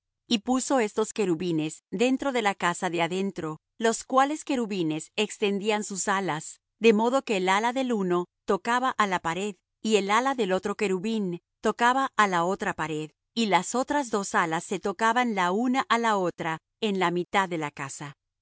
y puso estos querubines dentro de la casa de adentro los cuales querubines extendían sus alas de modo que el ala del uno tocaba á la pared y el ala del otro querubín tocaba á la otra pared y las otras dos alas se tocaban la una á la otra en la mitad de la casa